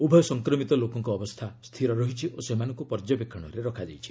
ଉଭୟ ସଂକ୍ରମିତ ଲୋକଙ୍କ ଅବସ୍ଥା ସ୍ଥିର ରହିଛି ଓ ସେମାନଙ୍କୁ ପର୍ଯ୍ୟବେକ୍ଷଣରେ ରଖାଯାଇଛି